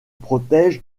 protège